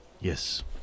Yes